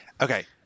Okay